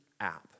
app